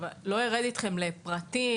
לא ארד אתכם לפרטים.